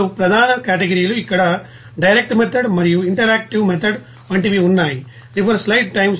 రెండు ప్రధాన కేటగిరీలు ఇక్కడ డైరెక్ట్ మెథడ్ మరియు ఇంటరాక్టివ్ విధానం వంటివి ఉన్నాయి